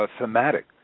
thematic